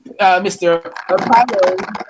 Mr